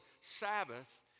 Sabbath